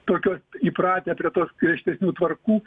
tokios įpratę prie tos griežtesnių tvarkų